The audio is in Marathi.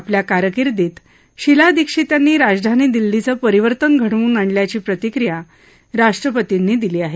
आपल्या कारकिर्दीत शिला दीक्षित यांनी राजधानी दिल्लीचं परिवर्तन घडवून आणल्याची प्रतिक्रिया राष्ट्रपतींनी दिली आहे